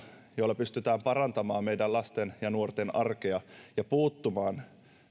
joilla pystytään parantamaan meidän lasten ja nuorten arkea ja puuttumaan